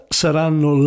saranno